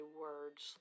words